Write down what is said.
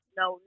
no